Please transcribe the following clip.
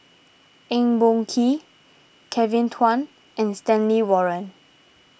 Eng Boh Kee Kevin Kwan and Stanley Warren